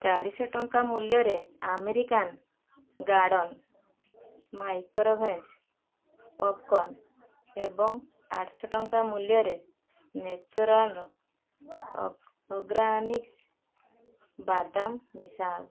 ଚାରିଶହ ଟଙ୍କା ମୂଲ୍ୟରେ ଆମେରିକାନ୍ ଗାର୍ଡ଼ନ୍ ମାଇକ୍ରୋଭେଜ୍ ପପ୍କର୍ଣ୍ଣ୍ ଏବଂ ଆଠଶହ ଟଙ୍କା ମୂଲ୍ୟରେ ନେଚର୍ ଆଣ୍ଡ୍ ଅର୍ଗାନିକ୍ସ୍ ବାଦାମ ମିଶାଅ